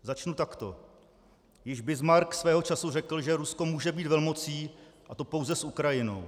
Začnu takto: Již Bismarck svého času řekl, že Rusko může být velmocí, a to pouze s Ukrajinou.